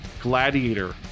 gladiator